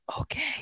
okay